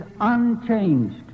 unchanged